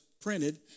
printed